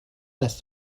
است